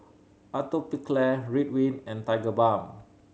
Atopiclair Ridwind and Tigerbalm